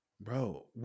Bro